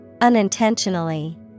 unintentionally